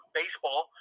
baseball